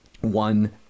One